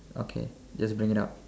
okay just bring it out